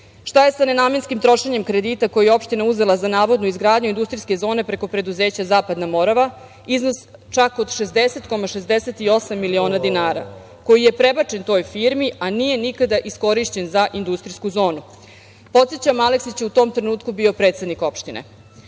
je sa nenamenskim trošenjem kredita koji je opština uzela za navodnu izgradnju industrijske zone preko preduzeća „Zapadna Morava“, iznos čak od 60,68 miliona dinara koji je prebačen toj firmi, a nije nikada iskorišćen za industrijsku zonu? Podsećam, Aleksić je u tom trenutku bio predsednik opštine. Oo